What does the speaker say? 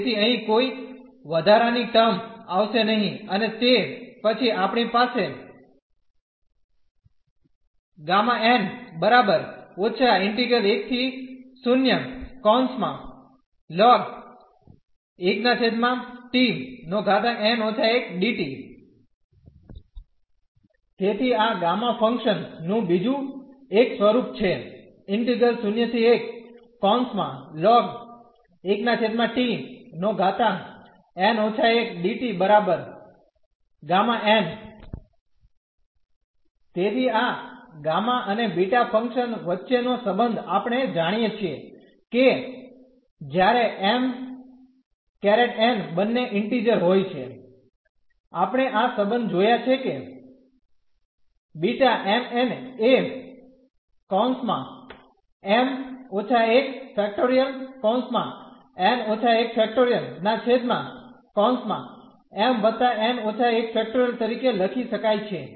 તેથીઅહીં કોઈ વધારાની ટર્મ આવશે નહીં અને તે પછી આપણી પાસે તેથી આ ગામા ફંકશન નું બીજું એક સ્વરૂપ છે તેથી આ ગામા અને બીટા ફંક્શન વચ્ચેનો સંબંધ આપણે જાણીએ છીએ કે જ્યારે m ∧ n બંને ઇન્ટીઝર હોય છે આપણે આ સંબંધ જોયા છે કે B m n એ તરીકે લખી શકાય છે